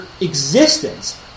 existence